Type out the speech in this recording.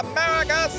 America